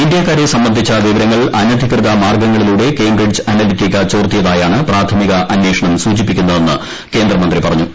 ഇന്ത്യക്കാരെ സംബന്ധിച്ച വിവരങ്ങൾ അനധികൃത മാർഗ്ഗങ്ങളിലൂടെ കേംബ്രിഡ്ജ് അനലിറ്റിക്ക ചോർത്തിയതായാണ് പ്രാഥമിക അന്വേഷണം സൂചിപ്പിക്കുന്നതെന്ന് കേന്ദ്രമന്ത്രി പറഞ്ഞു